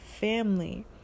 family